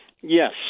Yes